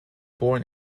born